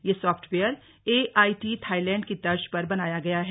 यह software AIT Thailand की तर्ज पर बनाया गया है